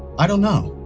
i don't know.